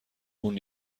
اون